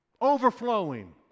overflowing